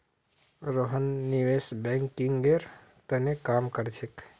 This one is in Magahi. रोहन निवेश बैंकिंगेर त न काम कर छेक